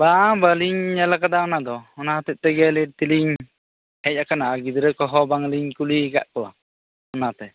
ᱵᱟᱝ ᱵᱟᱞᱤᱧ ᱧᱮᱞ ᱟᱠᱟᱫᱟ ᱚᱱᱟ ᱫᱚ ᱚᱱᱟ ᱦᱚᱛᱮ ᱛᱮᱜᱮ ᱞᱮᱹᱴ ᱛᱮᱞᱤᱧ ᱦᱮᱡ ᱟᱠᱟᱱᱟ ᱜᱤᱫᱽᱨᱟᱹ ᱠᱚᱦᱚᱸ ᱵᱟᱞᱤᱧ ᱠᱩᱞᱤ ᱟᱠᱟᱫ ᱠᱚᱣᱟ ᱚᱱᱟ ᱛᱮ